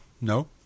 No